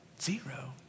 zero